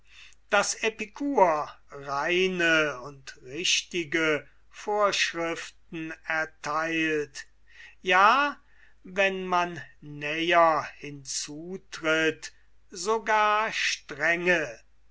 daß epikur reine und richtige vorschriften ertheilt ja wenn man näher hinzutritt sogar strenge